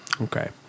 Okay